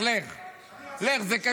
לך, לך.